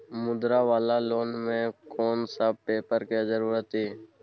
मुद्रा वाला लोन म कोन सब पेपर के जरूरत इ?